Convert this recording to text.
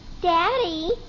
Daddy